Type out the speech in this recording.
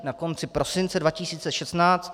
Na konci prosince 2016